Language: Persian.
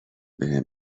بهم